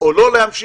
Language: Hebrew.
או לא להמשיך,